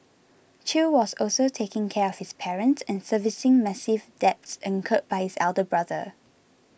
chew was also taking care of his parents and servicing massive debts incurred by his elder brother